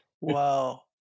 wow